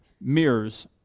mirrors